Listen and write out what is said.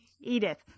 Edith